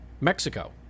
Mexico